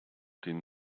den